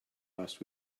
last